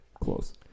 close